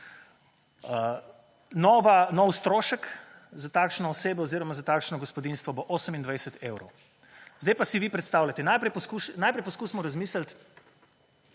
Nov strošek za takšno osebo oziroma ta takšno gospodinjstvo bo 28 evrov. Zdaj pa si vi predstavljajte. Najprej poskusimo razmisliti,